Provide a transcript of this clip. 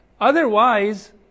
Otherwise